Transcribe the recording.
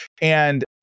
And-